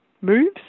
moves